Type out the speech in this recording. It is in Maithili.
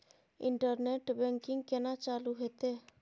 इंटरनेट बैंकिंग केना चालू हेते?